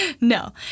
No